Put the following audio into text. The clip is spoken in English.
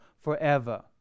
forever